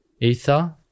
Ether